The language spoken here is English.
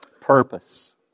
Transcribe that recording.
Purpose